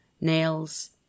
nails